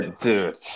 dude